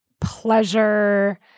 pleasure